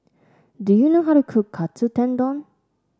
do you know how to cook Katsu Tendon